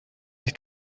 sich